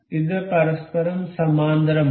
ഇത് പരസ്പരം സമാന്തരമാണ്